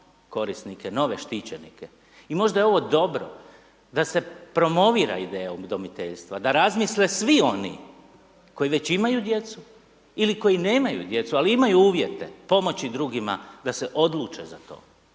korisnike, nove štićenike. I možda je ovo dobro da se promovira ideja udomiteljstva, da razmisle svi oni koji već imaju djecu ili koji nemaju djecu ali imaju uvjete pomoći drugima da se odluče za to.